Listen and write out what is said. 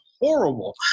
horrible